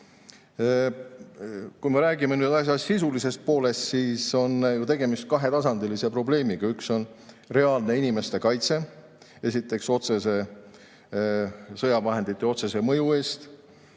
Kui me räägime asja sisulisest poolest, siis on ju tegemist kahetasandilise probleemiga. Üks on reaalne inimeste kaitse sõjavahendite otsese mõju eest